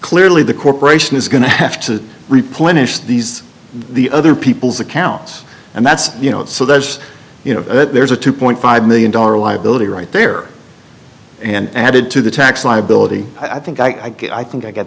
clearly the corporation is going to have to replenish these the other people's accounts and that's you know there's you know there's a two point five million dollar liability right there and added to the tax liability i think i get i think i g